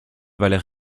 valait